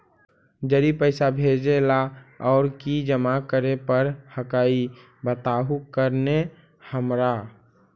जड़ी पैसा भेजे ला और की जमा करे पर हक्काई बताहु करने हमारा?